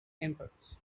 inputs